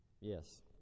Yes